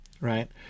right